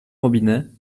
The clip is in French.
robinet